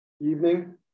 evening